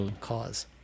cause